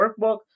Workbook